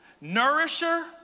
Nourisher